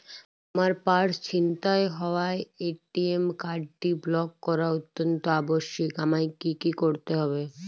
আমার পার্স ছিনতাই হওয়ায় এ.টি.এম কার্ডটি ব্লক করা অত্যন্ত আবশ্যিক আমায় কী কী করতে হবে?